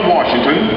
Washington